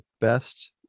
best